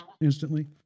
instantly